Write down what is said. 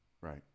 right